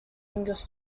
english